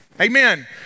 Amen